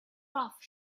off